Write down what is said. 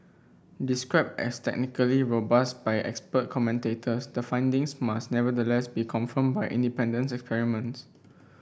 described as technically robust by expert commentators the findings must nevertheless be confirmed by independent experiments